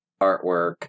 artwork